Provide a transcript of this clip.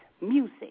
music